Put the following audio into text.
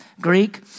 Greek